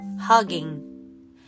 hugging